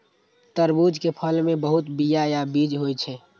तरबूज के फल मे बहुत बीया या बीज होइ छै